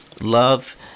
Love